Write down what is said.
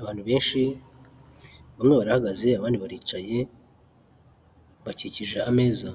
Abantu benshi bamwe barahagaze abandi baricaye bakikije ameza,